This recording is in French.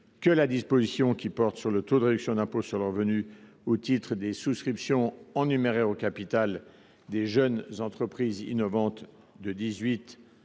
que la hausse de 18 % à 30 % du taux de réduction d’impôt sur le revenu au titre des souscriptions en numéraire au capital des jeunes entreprises innovantes. Il a